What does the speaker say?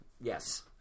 Yes